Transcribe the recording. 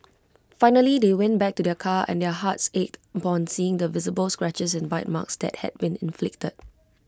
finally they went back to their car and their hearts ached upon seeing the visible scratches and bite marks that had been inflicted